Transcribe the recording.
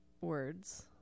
words